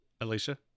Alicia